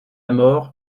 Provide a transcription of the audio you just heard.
mort